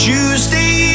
Tuesday